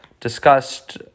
discussed